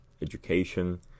education